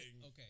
okay